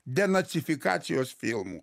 denacifikacijos filmu